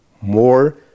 more